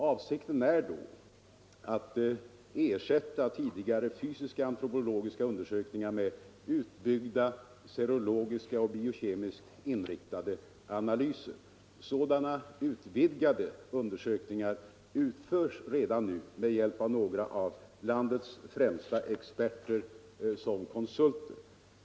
Avsikten är att ersätta tidigare fysiska antropologiska undersökningar med utbyggda serologiskt och biokemiskt inriktade analyser. Sådana utvidgade undersökningar utförs redan nu med hjälp av några av landets främsta experter som konsulter.